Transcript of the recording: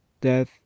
death